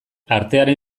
artearen